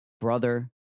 brother